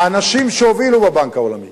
האנשים שהובילו בבנק העולמי